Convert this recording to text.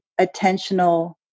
attentional